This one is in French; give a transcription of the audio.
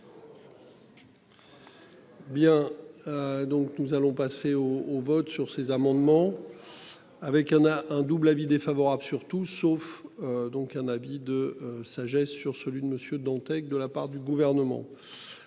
Donc nous allons passer au au vote sur ces amendements. Avec un à un double avis défavorable surtout sauf. Donc un avis de sagesse sur celui de Monsieur Dantec de la part du gouvernement.